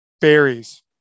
Berries